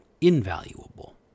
invaluable